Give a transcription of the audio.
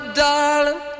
darling